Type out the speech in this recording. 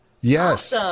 Yes